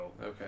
Okay